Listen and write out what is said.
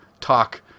talk